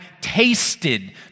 tasted